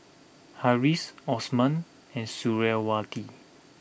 Harris Osman and Suriawati